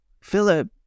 Philip